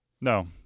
No